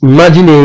Imagine